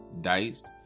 diced